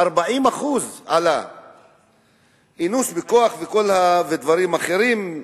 עלייה של 40%; אינוס בכוח ודברים אחרים,